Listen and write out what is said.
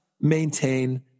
maintain